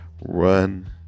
run